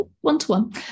one-to-one